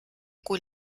cui